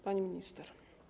Pani Minister!